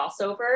crossover